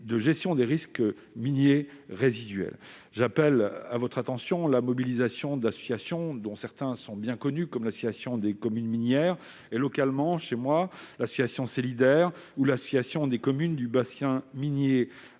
de gestion des risques miniers résiduels. J'appelle votre attention sur la mobilisation des associations, dont certaines sont bien connues comme l'Association des communes minières et, plus localement, chez moi, en Meurthe-et-Moselle, l'association SEL'idaire ou l'Association des communes du bassin minier